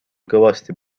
kõvasti